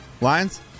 Lions